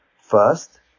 First